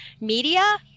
media